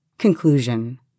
Conclusion